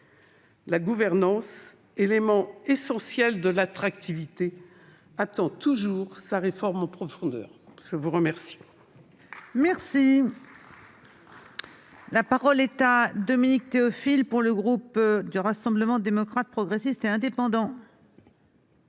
La gouvernance, élément essentiel de l'attractivité, attend toujours sa réforme en profondeur. La parole